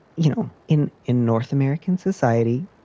you know, in in north american society,